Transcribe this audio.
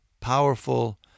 powerful